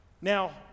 Now